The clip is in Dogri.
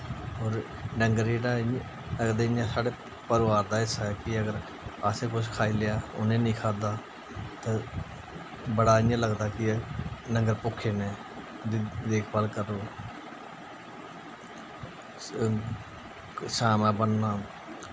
होर डंगर जेह्ड़े आखदे साढ़े इ'यां परिवार दा हिस्सा ऐ कि अगर असें कुछ खाई लेआ ते उ'नें निं खाद्धा ते बड़ा इ'यां लगदा कि डंगर भुक्खे न उं'दी देखभाल करो उसी छामा बनना